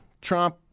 Trump